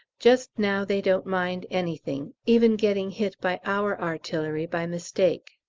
just now they don't mind anything even getting hit by our artillery by mistake.